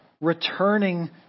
returning